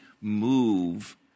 move